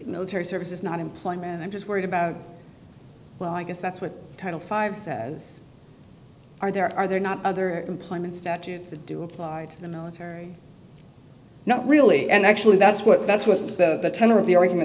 military service is not employment and i'm just worried about well i guess that's what title five says are there are there not other employment statutes that do apply to the military not really and actually that's what that's what the tenor of the argument